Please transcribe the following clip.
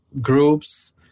groups